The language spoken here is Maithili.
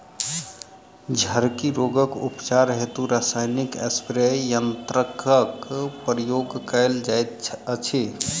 झड़की रोगक उपचार हेतु रसायनिक स्प्रे यन्त्रकक प्रयोग कयल जाइत अछि